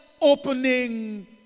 opening